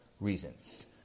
reasons